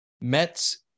Mets